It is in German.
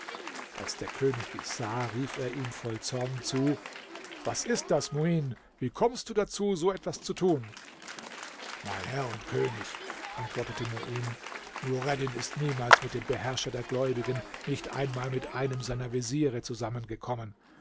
als der könig dies sah rief er ihm voll zorn zu was ist das muin wie kommst du dazu so etwas zu tun mein herr und könig antwortete muin nureddin ist niemals mit dem beherrscher der gläubigen nicht einmal mit einem seiner veziere zusammengekommen